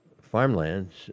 farmlands